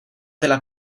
della